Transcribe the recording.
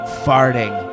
farting